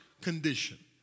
condition